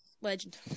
Legend